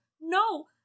No